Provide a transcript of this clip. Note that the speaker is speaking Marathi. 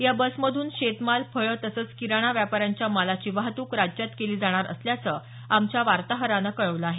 या बसमधून शेतमाल फळं तसंच किराणा व्यापाऱ्यांच्या मालाची वाहतूक राज्यात केली जाणार असल्याचं आमच्या वार्ताहरानं कळवलं आहे